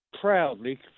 proudly